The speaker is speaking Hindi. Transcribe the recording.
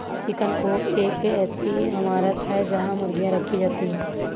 चिकन कूप एक ऐसी इमारत है जहां मुर्गियां रखी जाती हैं